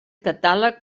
catàleg